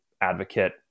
advocate